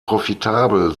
profitabel